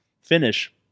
finish